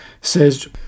says